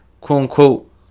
quote-unquote